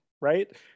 right